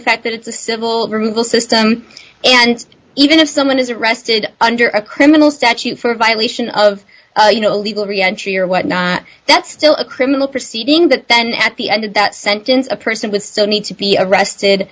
the fact that it's a civil removal system and even if someone is arrested under a criminal statute for violation of you know illegal reentry or whatnot that's still a criminal proceeding that then at the end of that sentence a person with so need to be arrested